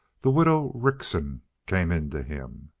the widow rickson came in to him.